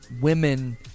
women